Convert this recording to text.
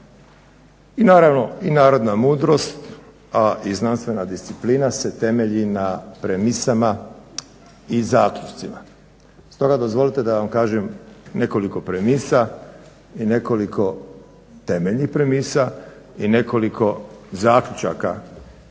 I naravno i narodna mudrost, a i znanstvena disciplina se temelji na premisama i zaključcima. Stoga dozvolite da vam kažem nekoliko premisa i nekoliko temeljnih premisa i nekoliko zaključaka.